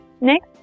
Next